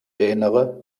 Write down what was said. erinnere